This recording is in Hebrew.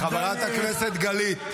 חברת הכנסת גלית.